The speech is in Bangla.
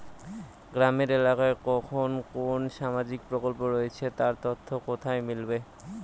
গ্রামের এলাকায় কখন কোন সামাজিক প্রকল্প রয়েছে তার তথ্য কোথায় মিলবে?